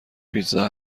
پیتزا